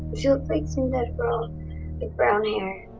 she looked like some dead girl with brown hair.